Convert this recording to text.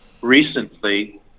recently